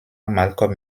malcolm